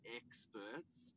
experts